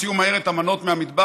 תוציאו מהר את המנות מהמטבח,